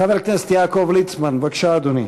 חבר הכנסת יעקב ליצמן, בבקשה, אדוני.